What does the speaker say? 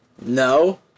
No